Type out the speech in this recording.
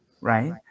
Right